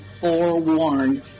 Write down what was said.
forewarned